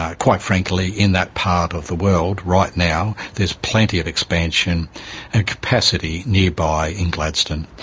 ah quite frankly in that part of the world right now there's plenty of expansion and capacity nearby in gladstone.